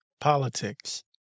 politics